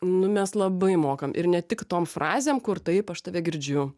nu mes labai mokam ir ne tik tom frazėm kur taip aš tave girdžiu